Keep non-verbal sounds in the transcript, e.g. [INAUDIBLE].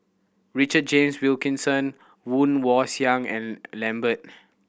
Richard James Wilkinson Woon Wah Siang and [UNINTELLIGIBLE] Lambert